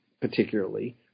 particularly